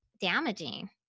damaging